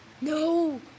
No